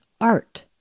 art